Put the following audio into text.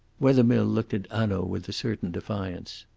wethermill looked at hanaud with a certain defiance.